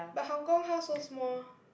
but Hong Kong house so small